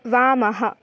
वामः